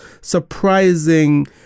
surprising